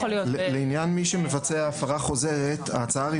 לעניין מי שמבצע הפרה חוזרת ההצעה הרי